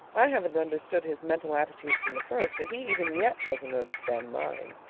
i haven't understood his mental attitude from the first, and he even yet doesn't understand mine.